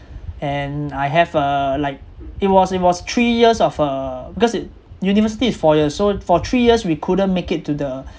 and I have uh like it was it was three years of uh because it university is four years so for three years we couldn't make it to the